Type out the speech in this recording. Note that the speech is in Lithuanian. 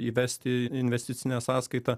įvesti investicinę sąskaitą